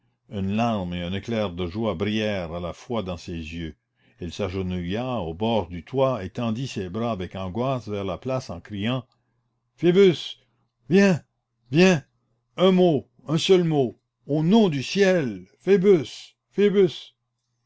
une larme et un éclair de joie brillèrent à la fois dans ses yeux elle s'agenouilla au bord du toit et tendit ses bras avec angoisse vers la place en criant phoebus viens viens un mot un seul mot au nom du ciel